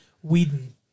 Whedon